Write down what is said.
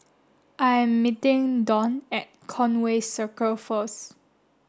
I am meeting Donn at Conway Circle first